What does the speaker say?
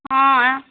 ऑं